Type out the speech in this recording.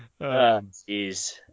Jeez